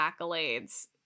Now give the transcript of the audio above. accolades